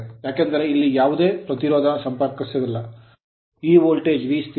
ಏಕೆಂದರೆ ಇಲ್ಲಿ ಯಾವುದೇ ಪ್ರತಿರೋಧಕ ಸಂಪರ್ಕಿಸಿಲ್ಲ ಈ ವೋಲ್ಟೇಜ್ V ಸ್ಥಿರವಾಗಿರುತ್ತದೆ